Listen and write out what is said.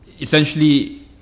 essentially